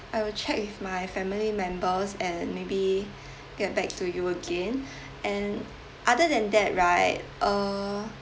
I will check with my family members and maybe get back to you again and other than that right uh